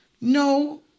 no